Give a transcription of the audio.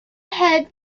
head